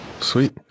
sweet